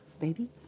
baby